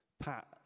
Pat